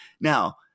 Now